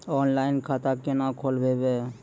Online खाता केना खोलभैबै?